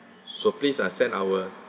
so please ah send our